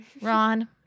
Ron